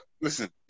listen